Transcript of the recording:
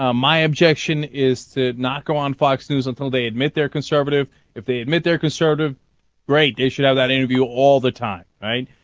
ah my objection is that not go on fox news until they admit their conservative if they admit their conservative radiation of that interview all the time ah.